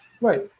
Right